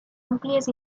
àmplies